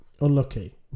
unlucky